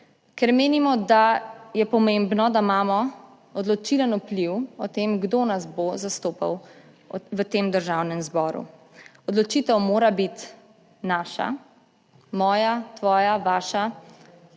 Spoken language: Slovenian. ker menimo, da je pomembno, da imamo odločilen vpliv o tem kdo nas bo zastopal v tem Državnem zboru. Odločitev mora biti naša, moja, tvoja, vaša,